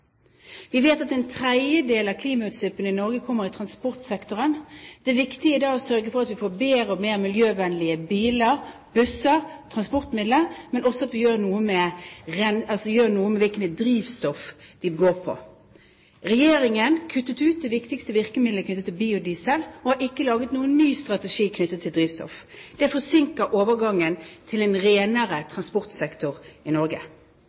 Vi vet at en tredjedel av klimautslippene i Norge kommer i transportsektoren. Det er da viktig å sørge for at vi får bedre og mer miljøvennlige biler, busser, transportmidler, men at vi også gjør noe med hvilke drivstoffer de går på. Regjeringen kuttet ut det viktigste virkemidlet knyttet til biodiesel, og har ikke laget noen ny strategi knyttet til drivstoff. Det forsinker overgangen til en renere transportsektor i Norge.